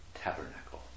tabernacle